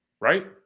Right